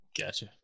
Gotcha